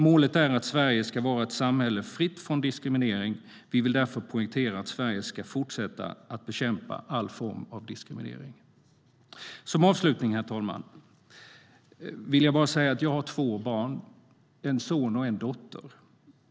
Målet är att Sverige ska vara ett samhälle fritt från diskriminering. Vi vill därför poängtera att Sverige ska fortsätta att bekämpa all form av diskriminering. Som avslutning, herr talman, vill jag bara säga: Jag har två barn, en son och en dotter.